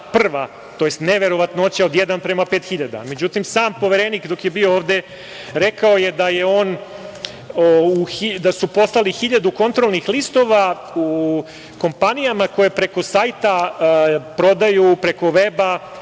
prva, tj. neverovatnoća od 1:5.000.Međutim, sam Poverenik dok je bio ovde rekao je da je on, da su poslali hiljadu kontrolnih listova kompanijama koje preko sajta prodaju preko veba